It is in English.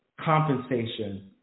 compensation